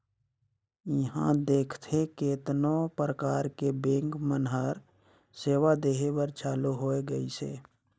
इहां देखथे केतनो परकार के बेंक मन हर सेवा देहे बर चालु होय गइसे